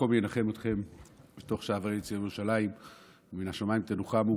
המקום ינחם אתכם בתוך שערי ציון וירושלים ומן השמיים תנוחמו,